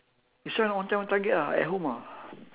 this one own time own target ah at home ah